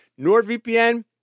NordVPN